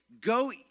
go